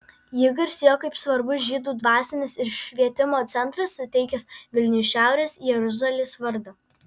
ji garsėjo kaip svarbus žydų dvasinis ir švietimo centras suteikęs vilniui šiaurės jeruzalės vardą